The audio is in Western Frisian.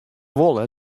wolle